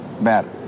matter